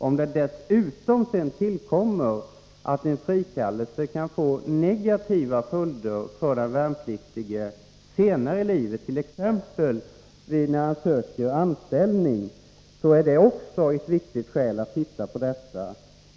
Om det dessutom tillkommer att en frikallelse kan få negativa följder för den värnpliktige senare i livet, t.ex. när han söker anställning, är det också ett viktigt skäl att titta på detta.